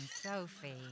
Sophie